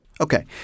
Okay